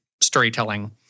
storytelling